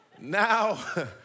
Now